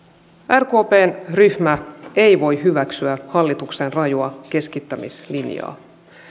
rkpn ryhmä ei voi hyväksyä hallituksen rajua keskittämislinjaa